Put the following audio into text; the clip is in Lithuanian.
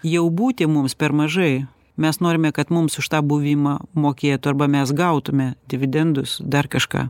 jau būti mums per mažai mes norime kad mums už tą buvimą mokėtų arba mes gautume dividendus dar kažką